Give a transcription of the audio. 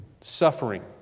suffering